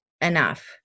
enough